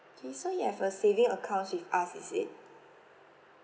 okay so you have a saving account with us is it